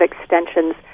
extensions